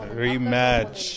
rematch